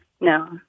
No